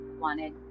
wanted